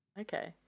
okay